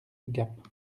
gap